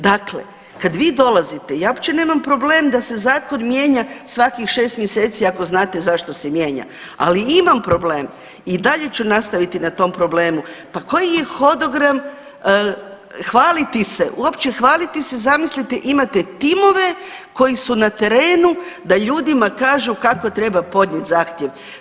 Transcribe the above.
Dakle, kad vi dolazite, ja uopće nemam problem da se zakon mijenja svakih 6 mjeseci ako znate zašto se mijenja, ali imam problem i dalje ću nastaviti na tom problemu, pa koji je hodogram hvaliti se, uopće hvaliti se, zamislite, imate timove koji su na terenu da ljudima kažu kako treba podnijeti zahtjev.